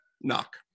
knock